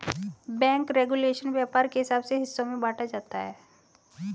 bank regulation व्यापार के हिसाब से हिस्सों में बांटा जाता है